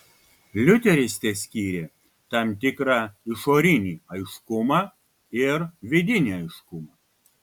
liuteris teskyrė tam tikrą išorinį aiškumą ir vidinį aiškumą